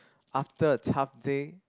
after a tough day